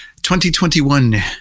2021